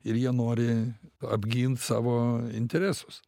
ir jie nori apgint savo interesus